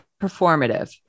performative